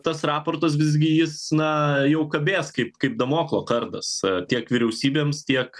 tas raportas visgi jis na jau kabės kaip kaip damoklo kardas tiek vyriausybėms tiek